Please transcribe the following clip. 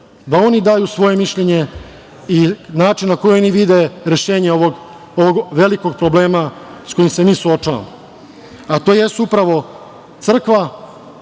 da oni daju svoje mišljenje i način na koji oni vide rešenje ovog velikog problema sa kojim se mi suočavamo, a to jesu upravo crkva,